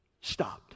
stopped